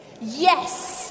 Yes